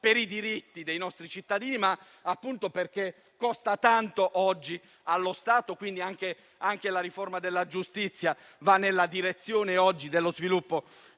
per i diritti dei nostri cittadini, ma perché oggi costa tanto allo Stato. Quindi, anche la riforma della giustizia va nella direzione dello sviluppo